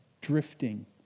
drifting